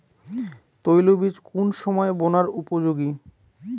তৈল বীজ কোন সময় বোনার উপযোগী?